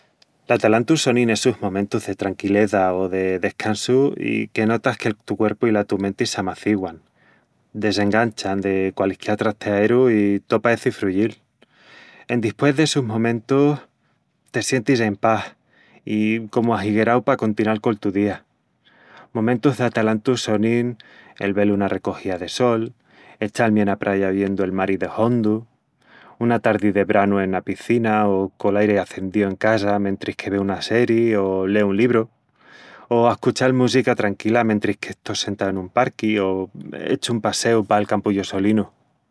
L'atalantu sonin essus momentus de tranquileza o de descansu i que notas que'l tu cuerpu i la tu menti s'amaciguan, desenganchan de qualisquiá trasteaeru i tó paeci fruyíl. Endispués d'essus momentus, te sientis en pas i i comu ahiguerau pa acontinal col tu día. Momentus d'atalantu sonin el vel una arrecogía de sol, echal-mi ena praya oyendu el mari de hondu, una tardi de branu ena picina o col airi acendíu en casa mentris que veu una serii o leu en libru, o ascuchal música tranquila mentris que estó sentau en un parqui o echu un passeu pal campu yo solinu...